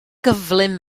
gyflym